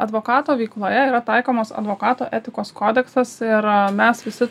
advokato veikloje yra taikomas advokato etikos kodeksas ir mes visi